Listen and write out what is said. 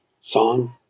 song